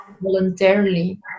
voluntarily